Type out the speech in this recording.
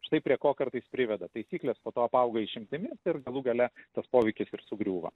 štai prie ko kartais priveda taisyklės po to apauga išimtimis ir galų gale tas poveikis ir sugriūva